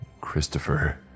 Christopher